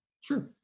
Sure